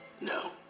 No